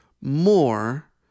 more